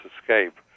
escape